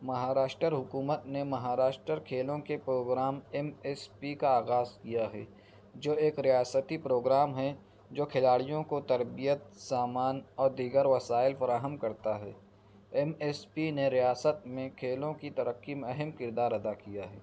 مہاراشٹر حکومت نے مہاراشٹر کھیلوں کے پروگرام ایم ایس پی کا آغاز کیا ہے جو ایک ریاستی پروگرام ہے جو کھلاڑیوں کو تربیت سامان اور دیگر وسائل فراہم کرتا ہے ایم ایس پی نے ریاست میں کھیلوں کی ترقی میں اہم کردار ادا کیا ہے